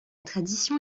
tradition